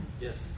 Yes